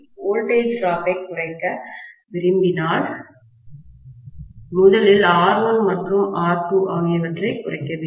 voltage drop ஐ நாம் குறைக்க விரும்பினால் முதலில் R1 மற்றும் R2 ஆகியவற்றைக் குறைக்க வேண்டும்